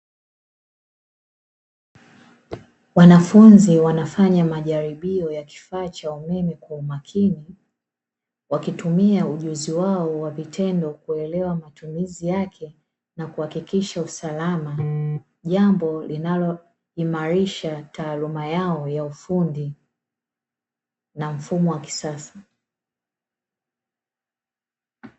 Wanafunzi wanafanya majaribio ya kifaa cha umeme kwa umakini wakitumia ujuzi wao wa vitendo kuelewa matumizi yake na kuhakikisha usalama, jambo linaloimarisha taaluma yao ya ufundi na mfumo wa kisasa.